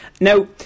Now